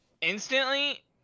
Instantly